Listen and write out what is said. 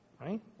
right